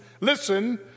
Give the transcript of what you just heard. listen